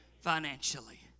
financially